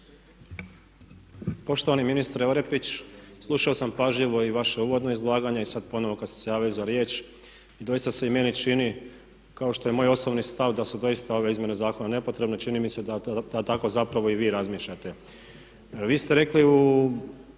Poštovani ministre Orepić slušao sam pažljivo i vaše uvodno izlaganje i sad ponovno kad ste se javili za riječ. Doista se i meni čini kao što je moj osobni stav da su doista ove izmjene zakona nepotrebne, čini mi se da tako zapravo i vi razmišljate. Vi ste rekli u